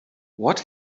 what